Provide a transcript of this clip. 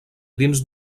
dins